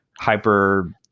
hyper